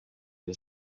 des